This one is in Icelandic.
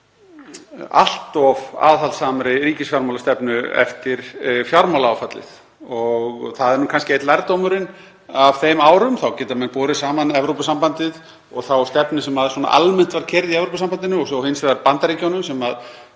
allt of aðhaldssamri ríkisfjármálastefnu eftir fjármálaáfallið. Það er nú kannski einn lærdómurinn af þeim árum. Þá geta menn borið saman Evrópusambandið og þá stefnu sem almennt var keyrð í Evrópusambandinu og svo hins vegar Bandaríkjunum sem